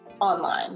online